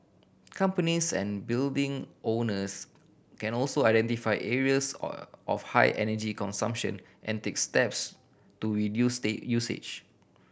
companies and building owners can also identify areas of high energy consumption and take steps to reduce stay usage